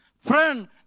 Friend